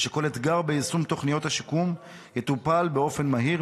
ושכל אתגר ביישום תוכניות השיקום יטופל באופן מהיר,